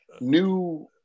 new